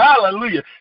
Hallelujah